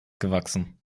gewachsen